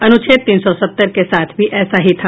अनुच्छेद तीन सौ सत्तर के साथ भी ऐसा ही था